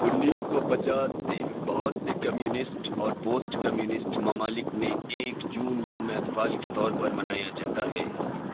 انیس سو پچاس سے بہت سے کمیونسٹ اور پوسٹ کمیونسٹ ممالک میں ایک جون یوم اطفال کے طور پر منایا جاتا ہے